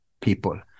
people